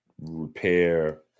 repair